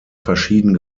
verschieden